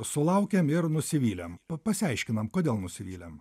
sulaukėm ir nusivylėm pa pasiaiškinam kodėl nusivylėm